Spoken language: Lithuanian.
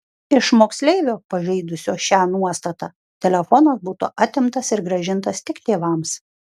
iš moksleivio pažeidusio šią nuostatą telefonas būtų atimtas ir grąžintas tik tėvams